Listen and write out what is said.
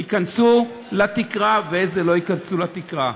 ייכנסו לתקרה ואיזה לא ייכנסו לתקרה.